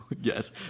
yes